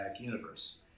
Universe